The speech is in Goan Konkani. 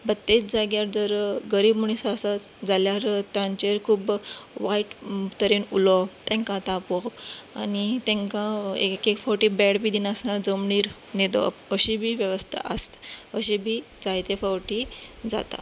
बट ताचे जाग्यार जर गरीब मनीस आसत जाल्यार तांचे कडेन खूब वायट तरेन उलोवप तांकां तापोवप आनी तांकां एक एक फावटी बॅड बी दिनासतना जमनीर न्हिदोवप अशी बी वेवस्था आसता अशी बी जायते फावटी जाता